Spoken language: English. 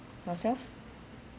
yourself